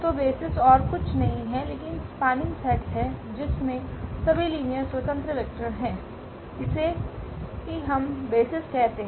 तो बेसिस और कुछ नहीं है लेकिन स्पान्निंग सेट है जिसमें सभी लीनियर स्वतंत्र वेक्टर हैं इसे ही हम बेसिस कहते हैं